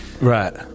Right